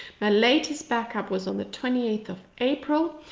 my latest backup was on the twenty eighth of april,